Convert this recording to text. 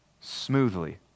smoothly